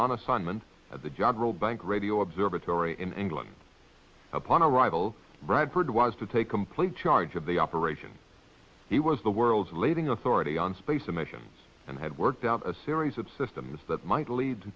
on assignment at the job role bank radio observatory in england upon arrival bradford was to take complete charge of the operation it was the world's leading authority on space emissions and had worked out a series of systems that might lead to